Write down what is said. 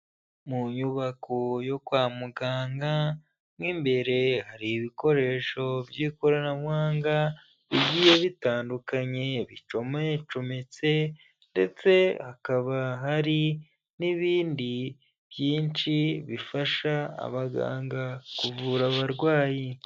Mu nyubako yo kwa muganga mo imbere hari ibikoresho by'ikoranabuhanga bigiye bitandukanye bicomacometse ndetse hakaba hari n'ibindi byinshi bifasha abaganga kuvura abarwayi.